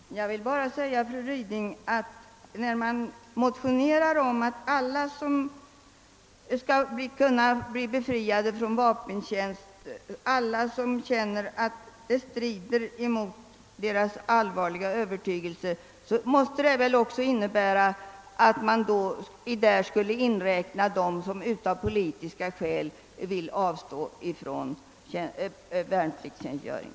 Herr talman! Jag vill bara säga till fru Ryding, att när man motionerar om att alla som känner att det strider mot deras allvarliga övertygelse att bära vapen skall kunna befrias från vapentjänst, så måste detta innebära att man räknar in dem som av politiska skäl vill avstå från värnpliktstjänstgöring.